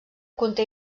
conté